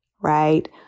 right